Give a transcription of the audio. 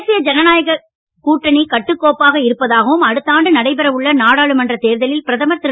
தேசிய ஜனநாயகக் கூட்டணி கட்டுக்கோப்பாக இருப்பதாகவும் அடுத்த ஆண்டு நடைபெற உள்ள நாடாளுமன்றத் தேர்தலில் பிரதமர் திரு